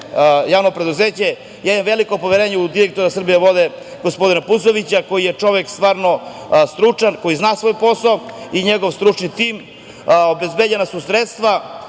javno preduzeće. Imam veliko poverenje u direktora „Srbijavode“, gospodina Puzovića koji je čovek stvarno stručan, koji zna svoj posao i njegov stručni tim. Obezbeđena su sredstva